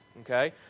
okay